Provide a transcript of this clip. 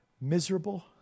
miserable